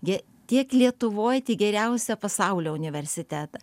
gi tiek lietuvoj tai geriausia pasaulio universitetą